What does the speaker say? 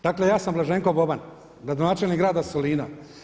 Dakle, ja sam Blaženko Boban, gradonačelnik grada Solina.